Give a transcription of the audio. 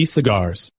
Cigars